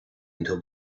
until